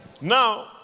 Now